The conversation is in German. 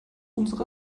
unsere